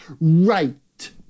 right